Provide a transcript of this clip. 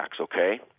okay